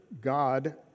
God